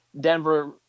Denver